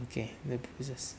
okay